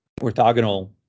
orthogonal